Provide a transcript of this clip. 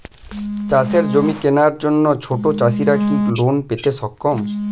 চাষের জমি কেনার জন্য ছোট চাষীরা কি লোন পেতে সক্ষম?